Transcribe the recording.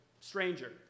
stranger